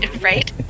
right